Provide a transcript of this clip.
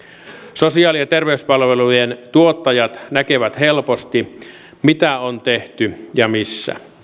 sosiaali ja terveyspalvelujen tuottajat näkevät helposti mitä on tehty ja missä